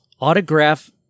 Autograph